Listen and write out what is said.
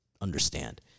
understand